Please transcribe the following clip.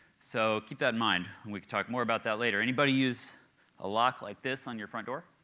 so keep that in mind, we can talk more about that later. anybody use a lock like this on your front door?